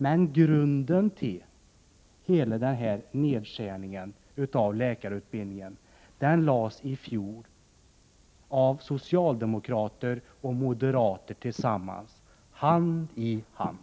Men grunden till hela denna nedskärning av läkarutbildningen lades i fjol av socialdemokrater och moderater tillsammans, hand i hand.